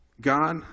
God